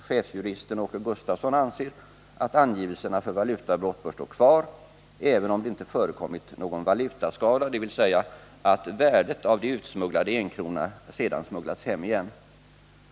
Chefsjurist Åke Gustafsson anser att angivelserna för valutabrott bör stå kvar även om det inte förekommit någon valutaskada, dvs. att värdet av de utsmugglade kronorna sedan smugglats hem igen.